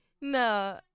No